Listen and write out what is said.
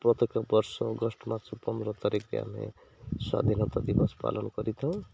ପ୍ରତ୍ୟେକ ବର୍ଷ ଅଗଷ୍ଟ ମାସ ପନ୍ଦର ତାରିଖରେ ଆମେ ସ୍ୱାଧୀନତା ଦିବସ ପାଳନ କରିଥାଉ